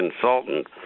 consultant